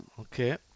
okay